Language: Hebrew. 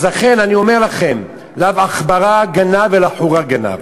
אז לכן אני אומר לכם: לאו עכברא גנב אלא חורא גנב,